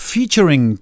Featuring